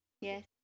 Yes